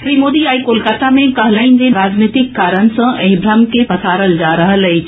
श्री मोदी आई कोलकाता मे कहलनि जे राजनीतिक कारण सॅ एहि भ्रम के पसारल जा रहल अछि